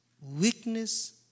weakness